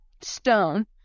Stone